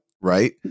right